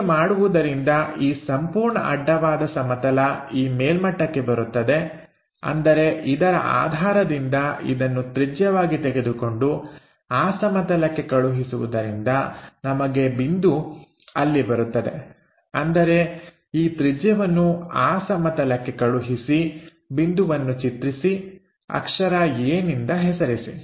ಹೀಗೆ ಮಾಡುವುದರಿಂದ ಈ ಸಂಪೂರ್ಣ ಅಡ್ಡವಾದ ಸಮತಲ ಈ ಮೇಲ್ಮಟ್ಟಕ್ಕೆ ಬರುತ್ತದೆ ಅಂದರೆ ಇದರ ಆಧಾರದಿಂದ ಇದನ್ನು ತ್ರಿಜ್ಯವಾಗಿ ತೆಗೆದುಕೊಂಡು ಆ ಸಮತಲಕ್ಕೆ ಕಳುಹಿಸುವುದರಿಂದ ನಮ್ಮ ಬಿಂದು ಅಲ್ಲಿ ಬರುತ್ತದೆ ಅಂದರೆ ಈ ತ್ರಿಜ್ಯವನ್ನು ಆ ಸಮತಲಕ್ಕೆ ಕಳುಹಿಸಿ ಬಿಂದುವನ್ನು ಚಿತ್ರಿಸಿ ಅಕ್ಷರ a ನಿಂದ ಹೆಸರಿಸಿ